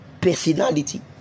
personality